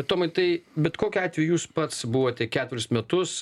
tomai tai bet kokiu atveju jūs pats buvote keturis metus